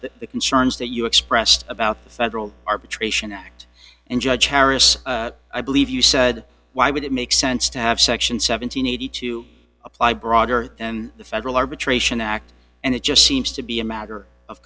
the concerns that you expressed about the federal arbitration act and judge harris i believe you said why would it make sense to have section seven hundred and eighty two apply broader and the federal arbitration act and it just seems to be a matter of